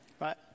Right